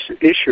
issue